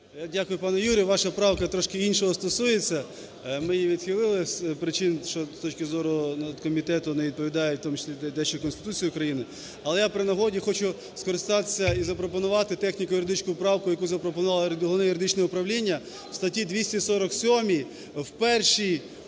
Дякую, пане Юрію. Ваша правка трошки іншого стосується. Ми її відхилили з причин, що з точки зору комітету не відповідають, в тому числі дещо Конституції України. Але я при нагоді хочу скористатися і запропонувати техніко-юридичну правку, яку запропонувало Головне юридичне управління. В статті 247 в першій,